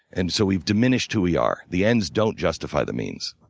and so we've diminished who we are. the ends don't justify the means.